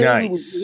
Nice